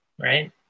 right